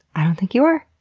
i don't think you are.